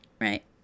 Right